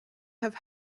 have